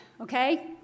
okay